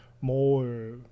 more